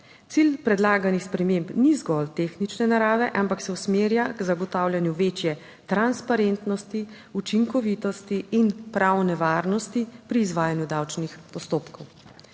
Cilj predlaganih sprememb ni zgolj tehnične narave, ampak se usmerja k zagotavljanju večje transparentnosti, učinkovitosti in pravne varnosti pri izvajanju davčnih postopkov.